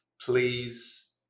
Please